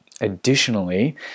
Additionally